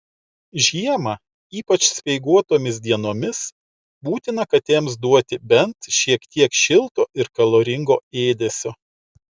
žiemą ypač speiguotomis dienomis būtina katėms duoti bent šiek tiek šilto ir kaloringo ėdesio